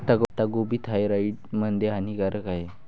पत्ताकोबी थायरॉईड मध्ये हानिकारक आहे